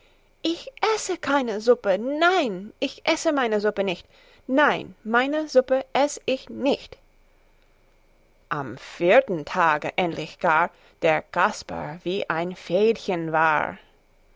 ich esse keine suppe nein ich esse meine suppe nicht nein meine suppe eß ich nicht am vierten tage endlich gar der kaspar wie ein fädchen war